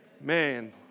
Man